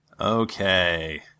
Okay